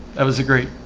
that was a great.